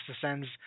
descends